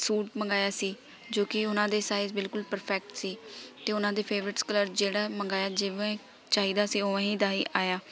suit ਮੰਗਾਇਆ ਸੀ ਜੋ ਕਿ ਉਹਨਾਂ ਦੇ ਸਾਈਜ ਬਿਲਕੁਲ ਪ੍ਰਫੈਕਟ ਸੀ ਅਤੇ ਉਹਨਾਂ ਦੇ ਫੇਵਰਟ ਕਲਰਸ ਜਿਹੜਾ ਮੰਗਾਇਆ ਜਿਵੇਂ ਚਾਹੀਦਾ ਸੀ ਉਵੇਂ ਹੀ ਦਾ ਹੀ ਆਇਆ